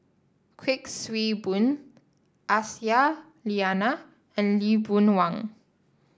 Kuik Swee Boon Aisyah Lyana and Lee Boon Wang